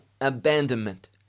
abandonment